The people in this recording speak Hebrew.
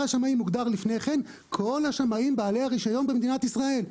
השמאים הוגדר לפני כן כל השמאים בעלי הרישיון במדינת ישראל,